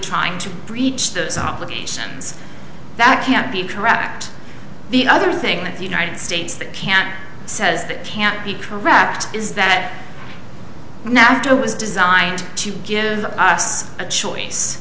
trying to breach those obligations that can't be tracked the other thing that the united states that can says that can't be correct is that now joe was designed to give us a choice